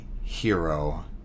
hero